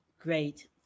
great